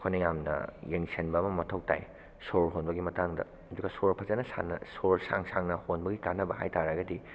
ꯑꯩꯈꯣꯏꯅ ꯌꯥꯝꯅ ꯌꯦꯡꯁꯤꯟꯕ ꯑꯃ ꯃꯊꯧ ꯇꯥꯏ ꯁꯣꯔ ꯍꯣꯟꯕꯒꯤ ꯃꯇꯥꯡꯗ ꯑꯗꯨꯒ ꯁꯣꯔ ꯐꯖꯅ ꯁꯥꯟꯅ ꯁꯣꯔ ꯁꯥꯡ ꯁꯥꯡꯅ ꯍꯣꯟꯕꯒꯤ ꯀꯥꯟꯅꯕ ꯍꯥꯏ ꯇꯥꯔꯒꯗꯤ